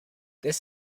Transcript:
this